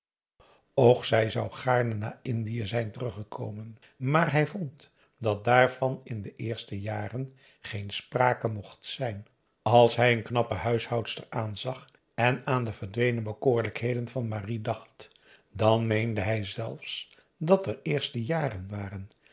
och zij zou gaarne naar indië zijn teruggekomen maar hij vond dat daarvan in de eerste jaren geen sprake mocht zijn als hij zijn knappe huishoudster aanzag en aan de verdwenen bekoorlijkheden van marie dacht dan meende hij zelfs dat er eerste jaren waren